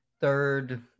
third